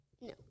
No